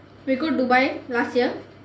we go dubai last year